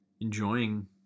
enjoying